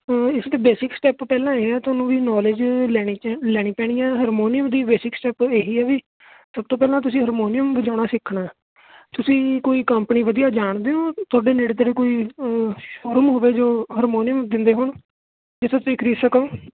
ਹਾਂ ਇਸਦਾ basics step ਪਹਿਲਾਂ ਇਹ ਤੁਹਾਨੂੰ ਵੀ ਨੌਲੇਜ ਲੈਣੀ ਲੈਣੀ ਪੈਣੀ ਆ ਹਰਮੋਨੀਅਮ ਦੀ ਬੇਸਿਕ ਸਟੈਪ ਇਹੀ ਹੈ ਵੀ ਸਭ ਤੋਂ ਪਹਿਲਾਂ ਤੁਸੀਂ ਹਾਰਮੋਨੀਅਮ ਵਜਾਉਣਾ ਸਿੱਖਣਾ ਤੁਸੀਂ ਕੋਈ ਕੰਪਨੀ ਵਧੀਆ ਜਾਣਦੇ ਹੋ ਤੁਹਾਡੇ ਨੇੜੇ ਤੇੜੇ ਕੋਈ ਹੋਵੇ ਜੋ ਹਰਮੋਨੀਅਮ ਦਿੰਦੇ ਹੋਣ ਜਿੱਥੇ ਤੁਸੀਂ ਖਰੀਦ ਸਕੋ